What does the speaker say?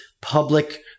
public